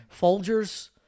Folgers